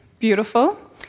beautiful